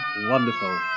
Wonderful